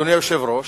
אדוני היושב-ראש,